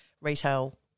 retail